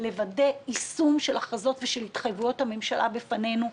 לוודא יישום של הכרזות ושל התחייבויות הממשלה בפנינו,